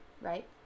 right